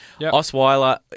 Osweiler